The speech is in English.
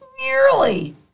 nearly